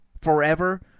forever